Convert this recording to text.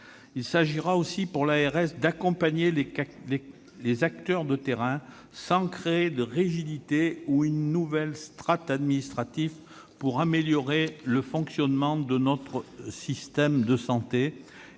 Il s'agira aussi, pour l'ARS, d'accompagner les acteurs de terrain, sans créer de rigidités ni de nouvelle strate administrative, pour améliorer le fonctionnement de notre système de santé